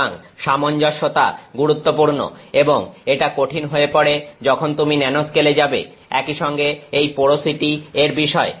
সুতরাং সামঞ্জস্যতা গুরুত্বপূর্ণ এবং এটা কঠিন হয়ে পড়ে যখন তুমি ন্যানো স্কেলে যাবে একইসঙ্গে এই পোরোসিটি এর বিষয়